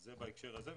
זה בהקשר הזה.